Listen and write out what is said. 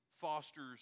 fosters